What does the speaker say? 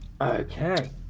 Okay